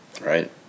right